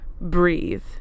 breathe